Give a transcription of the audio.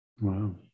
Wow